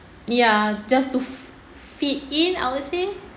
ya just to fit in I would say